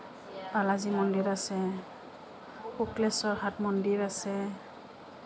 বালাজী মন্দিৰ আছে শুক্লেশ্বৰ ঘাট মন্দিৰ আছে